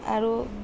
আৰু